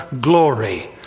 glory